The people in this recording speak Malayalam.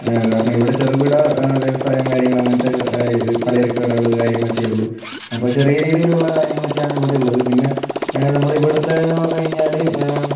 കാരണം ഇവിടെ ചെറുകിട വ്യവസായം കാര്യങ്ങൾ അങ്ങനത്തെ പലചരക്ക് കടകൾ കാര്യങ്ങളൊക്കെ ഉള്ളൂ അപ്പോൾ ചെറിയ രീതിയിലുള്ള കാര്യങ്ങളൊക്കെയാണ് ഇവിടെ ഉള്ളത് പിന്നെ നമ്മൾ ഇവിടുത്തെ എന്ന് പറഞ്ഞ് കഴിഞ്ഞാൽ